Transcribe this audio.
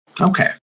Okay